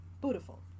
Beautiful